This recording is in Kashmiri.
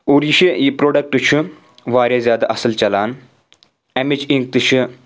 اور یہِ چھِ یہِ پرٛوڈکٹہٕ چھُ واریاہ زیادٕ اصل چلان امِچ اِنٛک تہِ چھِ